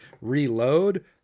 reload